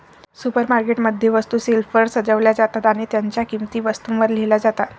supermarket मध्ये, वस्तू शेल्फवर सजवल्या जातात आणि त्यांच्या किंमती वस्तूंवर लिहिल्या जातात